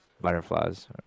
butterflies